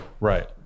Right